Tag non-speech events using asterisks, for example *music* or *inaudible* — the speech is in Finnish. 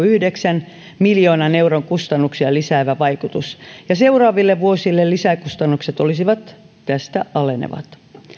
*unintelligible* yhdeksän miljoonan euron kustannuksia lisäävä vaikutus ja seuraaville vuosille lisäkustannukset olisivat tästä alenevat